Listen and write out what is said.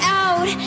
out